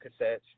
cassettes